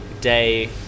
day